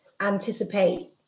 anticipate